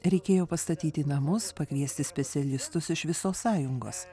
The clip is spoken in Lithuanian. reikėjo pastatyti namus pakviesti specialistus iš visos sąjungos